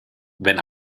wenn